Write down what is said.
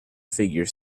figure